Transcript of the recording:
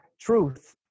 truth